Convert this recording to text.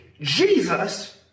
Jesus